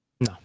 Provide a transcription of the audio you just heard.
no